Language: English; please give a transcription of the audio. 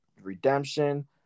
redemption